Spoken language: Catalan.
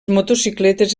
motocicletes